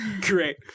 Great